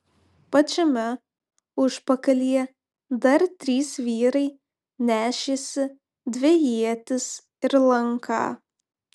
pačiame užpakalyje dar trys vyrai nešėsi dvi ietis ir lanką